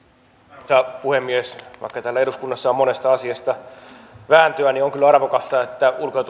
arvoisa puhemies vaikka täällä eduskunnassa on monesta asiasta vääntöä niin on kyllä arvokasta että ulko ja